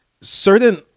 certain